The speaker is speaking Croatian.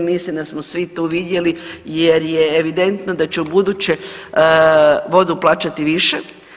Mislim da smo svi to vidjeli jer je evidentno da će ubuduće vodu plaćati više.